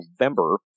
November